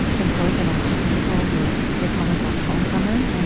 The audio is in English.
composed of a lot of people who are they call themselves homecomers.